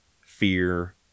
Fear